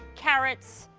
carrots,